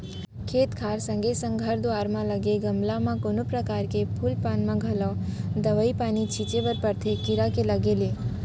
खेत खार संगे संग घर दुवार म लगे गमला म कोनो परकार के फूल पान म घलौ दवई पानी छींचे बर परथे कीरा के लगे ले